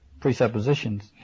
presuppositions